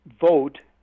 vote